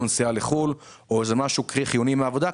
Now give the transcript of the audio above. שום נסיעה לחו"ל או משהו חיוני מהעבודה,